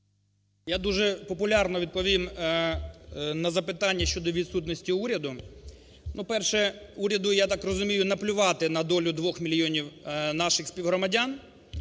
Я дуже популярно відповім на запитання щодо відсутності уряду. Перше. Уряду, я так розумію, наплювати на долю 2 мільйонів наших співгромадян.